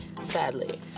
sadly